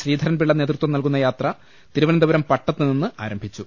ശ്രീധരൻപിള്ള നേതൃത്വം നൽകുന്ന യാത്ര തിരുവനന്തപുരം പട്ടത്തുനിന്ന് ആരംഭിച്ചു